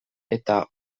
eta